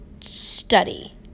study